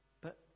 But